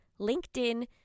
LinkedIn